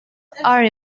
are